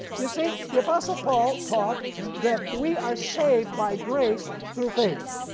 you see the apostle paul taught that we are saved by grace through faith